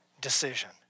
decision